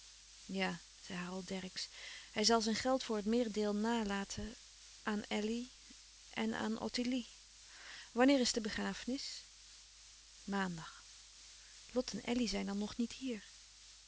ja zei harold dercksz hij zal zijn geld voor het meerendeel nalaten aan elly en aan ottilie wanneer is de begrafenis maandag lot en elly zijn dan nog niet hier